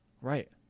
Right